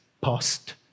past